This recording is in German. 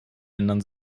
ändern